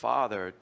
Father